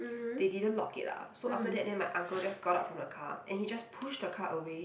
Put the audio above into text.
they didn't lock it lah so after then that my uncle just got out from the car and he just push the car away